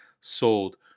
sold